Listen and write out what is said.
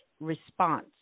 response